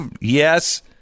yes